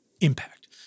impact